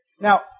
Now